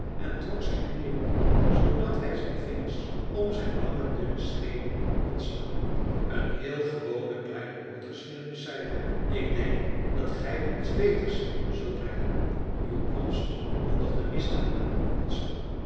en trok zijn knieën op zoodat hij zijn vingers om zijn lange dunne schenen kon slaan een heel gewone kleine moordgeschiedenis zeide hij ik denk dat gij wel iets beters zult brengen uw komst kondigt de misdaad aan